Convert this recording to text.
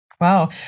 Wow